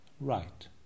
right